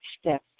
step